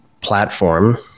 platform